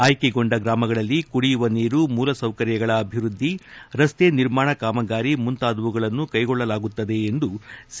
ಆಯ್ಕೆಗೊಂಡ ಗ್ರಾಮಗಳಲ್ಲಿ ಕುಡಿಯುವ ನೀರು ಮೂಲ ಸೌಕರ್ಯಗಳ ಅಭಿವೃದ್ಧಿರಸ್ತೆ ನಿರ್ಮಾಣ ಕಾಮಗಾರಿ ಮುಂತಾದವುಗಳನ್ನು ಕೈಗೊಳ್ಳಲಾಗುತ್ತದೆ ಎಂದು ಸಿ